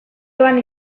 doan